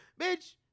Bitch